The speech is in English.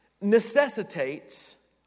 necessitates